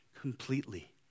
completely